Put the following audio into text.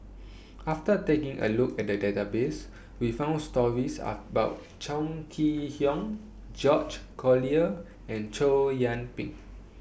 after taking A Look At The Database We found stories about Chong Kee Hiong George Collyer and Chow Yian Ping